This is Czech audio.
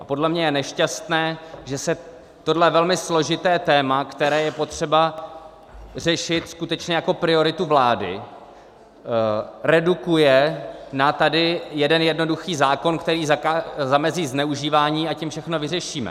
Podle mě je nešťastné, že se tohle velmi složité téma, které je potřeba řešit skutečně jako prioritu vlády, redukuje na jeden jednoduchý zákon, který zamezí zneužívání, a tím všechno vyřešíme.